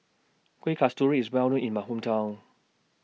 Kuih Kasturi IS Well known in My Hometown